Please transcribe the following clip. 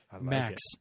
Max